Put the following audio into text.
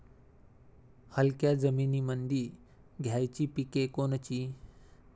हलक्या जमीनीमंदी घ्यायची पिके कोनची?